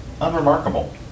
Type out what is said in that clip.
unremarkable